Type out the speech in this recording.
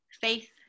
Faith